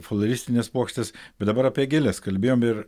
floristines puokštes bet dabar apie gėles kalbėjom ir